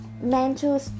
mental